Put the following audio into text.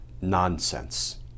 nonsense